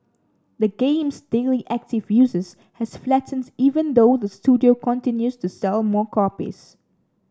the game's daily active users has flattened even though the studio continues to sell more copies